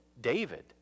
David